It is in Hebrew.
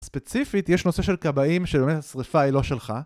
ספציפית, יש נושא של כבאים, שבאמת השריפה היא לא שלך